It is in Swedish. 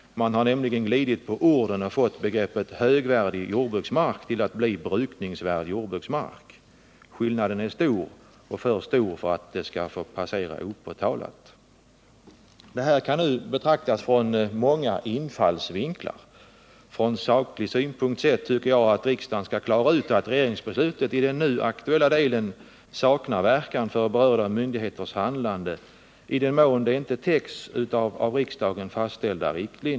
Den har nämligen glidit på orden och fått högvärdig jordbruksmark till att bli brukningsvärd jordbruksmark. Skillnaden är för stor för att det skall få passera opåtalt. Det här kan ses ur många infallsvinklar. Från saklig synpunkt tycker jag att riksdagen skall klara ut att regeringsbeslutet i den nu aktuella delen saknar verkan för berörda myndigheters handlande i den mån det inte täcks av de riktlinjer som riksdagen fastställt.